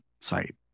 site